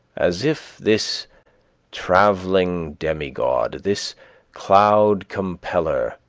as if this traveling demigod, this cloud-compeller,